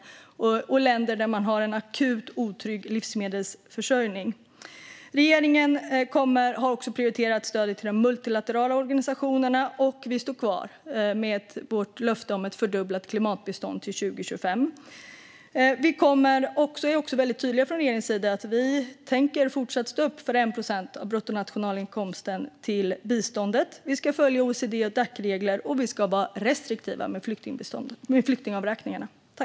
Det gäller länder där det finns en akut otrygg livsmedelsförsörjning. Regeringen har också prioriterat stödet till de multilaterala organisationerna, och vi står kvar med vårt löfte om ett fördubblat klimatbistånd till 2025. Regeringen är också tydlig med att vi tänker fortsätta att stå upp för 1 procent av bruttonationalinkomsten till biståndet. Vi ska följa OECD-Dac-regler, och vi ska vara restriktiva med flyktingavräkningarna.